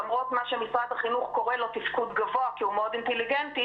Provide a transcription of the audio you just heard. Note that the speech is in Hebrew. למרות מה שמשרד החינוך קורא לו תפקוד גבוה כי הוא מאוד אינטליגנטי,